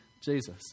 Jesus